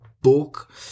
book